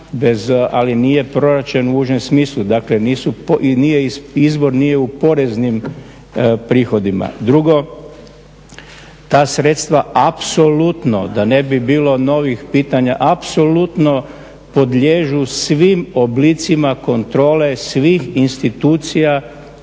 ali nije proračun u užem smislu, dakle nije izbor u poreznim prihodima. Drugo, ta sredstva apsolutno da ne bi bilo novih pitanja, apsolutno podliježu svim oblicima kontrole svih institucija